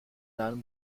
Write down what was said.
einem